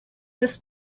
this